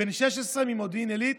בן 16, ממודיעין עילית,